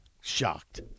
Shocked